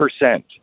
percent